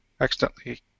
accidentally